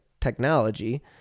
technology